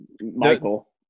Michael